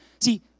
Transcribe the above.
See